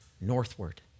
northward